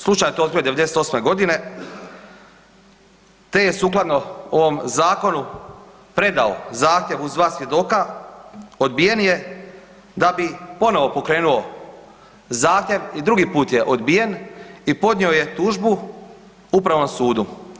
Slučajno je to otkrio 98. godine, te je sukladno ovom Zakonu predao zahtjev uz dva svjedoka, odbijen je, da bi ponovo pokrenuo zahtjev i drugi put je odbijen i podnio je tužbu Upravnom sudu.